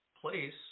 place